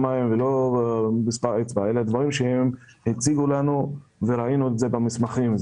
אלה דברים שהם הציגו לנו וראינו במסמכים.